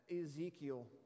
Ezekiel